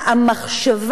המחשבה,